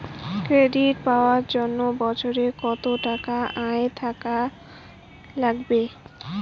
Credit পাবার জন্যে বছরে কত টাকা আয় থাকা লাগবে?